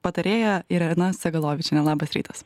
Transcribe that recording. patarėja irena segalovičiene labas rytas